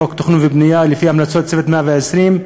חוק התכנון והבנייה לפי המלצות "צוות 120 הימים",